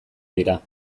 dira